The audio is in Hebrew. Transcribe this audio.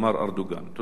תודה רבה.